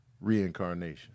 reincarnation